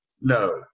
no